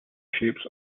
shapes